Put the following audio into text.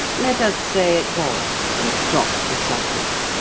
let us say it was, and drop the subject,